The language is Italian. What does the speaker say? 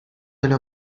delle